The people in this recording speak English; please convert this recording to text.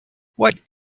what